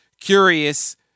curious